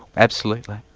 absolutely.